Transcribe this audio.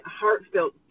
heartfelt